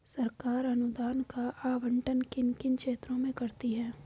सरकार अनुदान का आवंटन किन किन क्षेत्रों में करती है?